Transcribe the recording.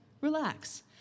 relax